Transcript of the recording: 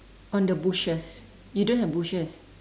on the bushes you don't have bushes